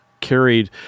carried